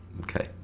Okay